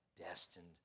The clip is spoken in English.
destined